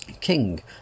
King